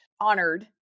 honored